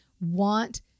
want